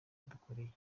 yadukoreye